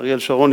אריאל שרון,